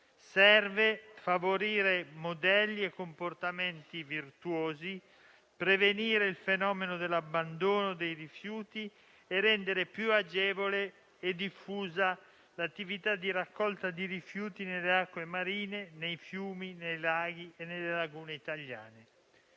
Serve favorire modelli e comportamenti virtuosi, prevenire il fenomeno dell'abbandono dei rifiuti e rendere più agevole e diffusa l'attività di raccolta di rifiuti nelle acque marine, nei fiumi, nei laghi e nelle lagune italiani.